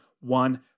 one